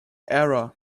error